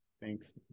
Thanks